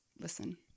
listen